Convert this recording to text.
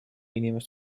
inimest